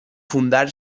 fundar